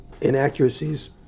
inaccuracies